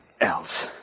else